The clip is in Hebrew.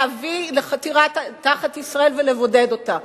להביא לחתירה תחת ישראל ולבודד אותה.